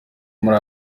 muri